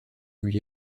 lui